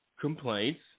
complaints